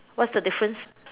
what's the difference